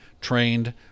trained